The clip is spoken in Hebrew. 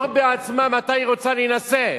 תני לה את הזכות שלה לבחור בעצמה מתי היא רוצה להינשא.